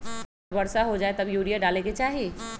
अगर वर्षा हो जाए तब यूरिया डाले के चाहि?